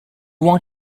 want